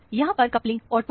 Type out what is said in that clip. यहां पर coupling ortho है